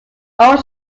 old